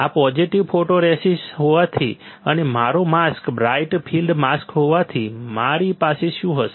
આ positive photoresist હોવાથી અને મારો માસ્ક બ્રાઇટ ફિલ્ડ માસ્ક હોવાથી મારી પાસે શું હશે